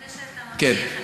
לפני שאתה ממשיך,